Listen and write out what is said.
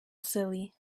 silly